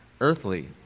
earthly